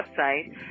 website